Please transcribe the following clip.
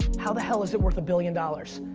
how the hell is it worth a billion dollars?